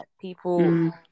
people